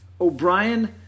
O'Brien